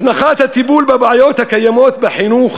הזנחת הטיפול בבעיות הקיימות בחינוך